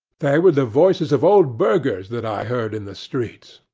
they were the voices of old burghers that i heard in the streets.